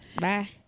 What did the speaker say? Bye